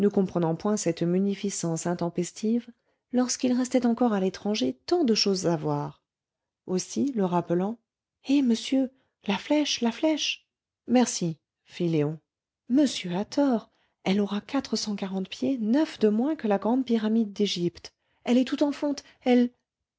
comprenant point cette munificence intempestive lorsqu'il restait encore à l'étranger tant de choses à voir aussi le rappelant eh monsieur la flèche la flèche merci fit léon monsieur a tort elle aura quatre cent quarante pieds neuf de moins que la grande pyramide d'égypte elle est toute en fonte elle